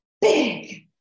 big